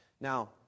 Now